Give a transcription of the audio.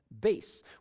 base